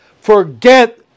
forget